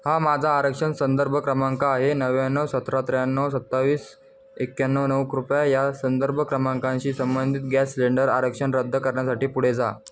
हा माझा आरक्षण संदर्भ क्रमांक आहे नव्याण्णव सतरा त्र्याण्णव सत्तावीस एक्याण्णव नऊ कृपया या संदर्भ क्रमांकांशी संबंधित गॅस सिलेंडर आरक्षण रद्द करण्यासाठी पुढे जा